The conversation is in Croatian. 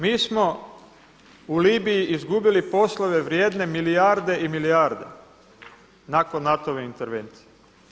Mi smo u Libiji izgubili poslove vrijedne milijarde i milijarde nakon NATO-ve intervencije.